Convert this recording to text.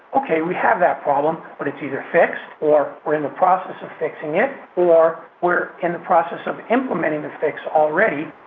okay, we have that problem but it's either fixed or we're in the process of fixing it or we're in the process of implementing the fix already.